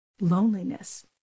loneliness